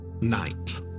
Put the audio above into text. night